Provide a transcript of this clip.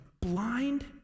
blind